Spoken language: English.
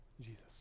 Jesus